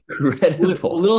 incredible